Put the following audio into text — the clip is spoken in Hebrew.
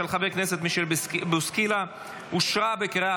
של חבר הכנסת אלון שוסטר אושרה בקריאה